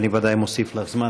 ואני ודאי מוסיף לך זמן,